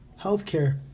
healthcare